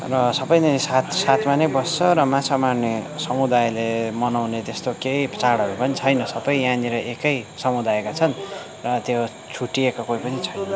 र सबै नै साथ साथमा नै बस्छ र माछा मार्ने समुदायले मनाउने त्यस्तो केही चाढहरू पनि छैन सबै यहाँनिर एकै समुदायका छन् र त्यो छुटिएको कोही पनि छैन